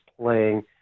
playing